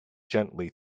gently